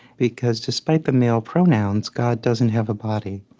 because despite the male pronouns, god doesn't have a body.